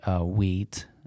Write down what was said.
wheat